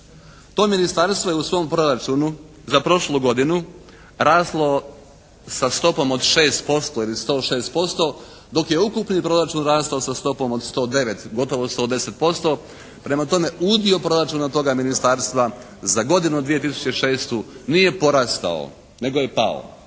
To ministarstvo je u svom proračunu za prošlu godinu raslo sa stopom od 6% ili 106% dok je ukupni proračun rastao sa stopom od 109, gotovo 110%. Prema tome udio proračuna toga ministarstva za godinu 2006. nije porastao nego je pao.